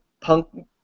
punk